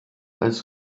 als